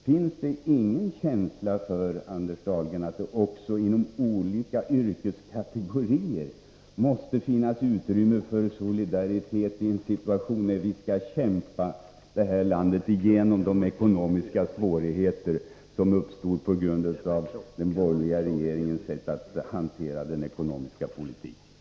Finns det inte någon känsla hos Anders Dahlgren för att det inom olika yrkeskategorier måste finnas utrymme för solidaritet i en situation då vi skall kämpa det här landet igenom de ekonomiska svårigheter som uppstått på grund av den borgerliga regeringens sätt att hantera den ekonomiska politiken?